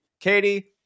Katie